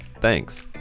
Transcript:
Thanks